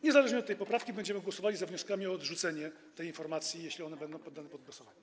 Niezależnie od tej poprawki będziemy głosowali za wnioskami o odrzucenie tej informacji, jeśli one będą poddane pod głosowanie.